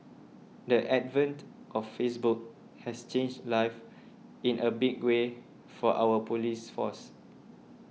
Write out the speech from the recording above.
the advent of Facebook has changed life in a big way for our police force